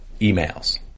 emails